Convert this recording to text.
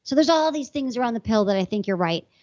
so there's all these things around the pill that i think you're right.